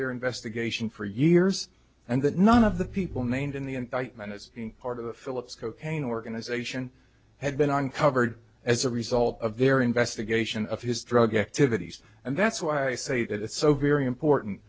their investigation for years and that none of the people named in the indictment as being part of the phillips cocaine organization had been uncovered as a result of their investigation of his drug activities and that's why i say that it's so very important